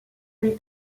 lui